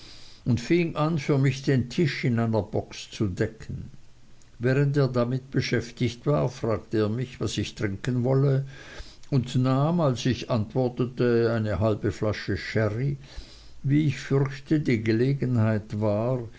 und fing an für mich den tisch in einer box zu decken während er damit beschäftigt war fragte er mich was ich trinken wolle und nahm als ich antwortete eine halbe flasche sherry wie ich fürchte die gelegenheit wahr